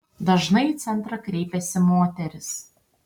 dažnai į centrą kreipiasi moterys